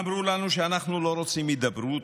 אמרו לנו שאנחנו לא רוצים הידברות,